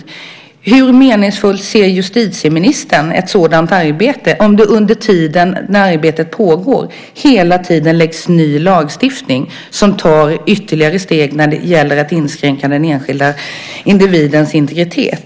Därför måste jag fråga justitieministern hur meningsfullt han anser ett sådant arbete vara om det under tiden som arbetet pågår ständigt läggs fram ny lagstiftning som tar ytterligare steg när det gäller att kränka den enskilda individens integritet.